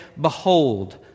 behold